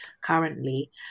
currently